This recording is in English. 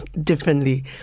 differently